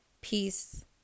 peace